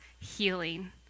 healing